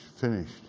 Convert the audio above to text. finished